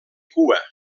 cua